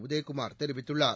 உதயகுமார் தெரிவித்துள்ளார்